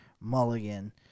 Mulligan